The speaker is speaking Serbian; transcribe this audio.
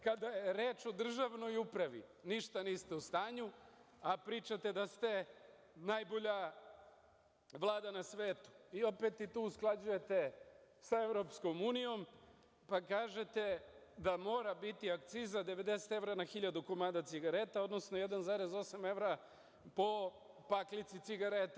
Kada je reč o državnoj upravi, ništa niste u stanju, a pričate da ste najbolja Vlada na svetu i opet i tu usklađujete sa EU, pa kažete da mora biti akciza 90 evra na 1.000 komada cigareta, odnosno 1,8 evra po paklici cigareta.